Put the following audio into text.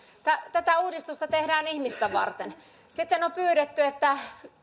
tätä uudistusta tehdään ihmistä varten sitten on pyydetty että